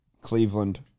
Cleveland